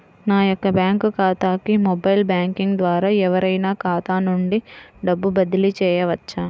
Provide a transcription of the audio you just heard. నా యొక్క బ్యాంక్ ఖాతాకి మొబైల్ బ్యాంకింగ్ ద్వారా ఎవరైనా ఖాతా నుండి డబ్బు బదిలీ చేయవచ్చా?